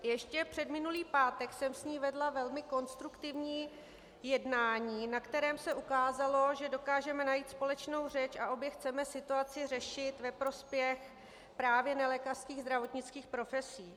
Ještě předminulý pátek jsem s ní vedla velmi konstruktivní jednání, na kterém se ukázalo, že dokážeme najít společnou řeč a obě chceme situaci řešit ve prospěch právě nelékařských zdravotnických profesí.